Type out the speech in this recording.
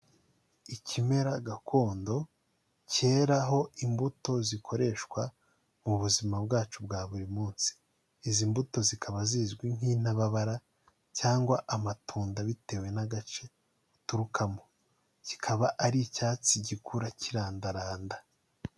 Ikimera gakondo cyeraho imbuto zikoreshwa mu buzima bwacu bwa buri munsi izi mbuto zikaba zizwi nk'intabara cyangwa amatunda bitewe n'agace gaturukamo kikaba ari icyatsi gikura kirandaranda.